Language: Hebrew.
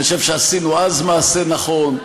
אני חושב שעשינו אז מעשה נכון,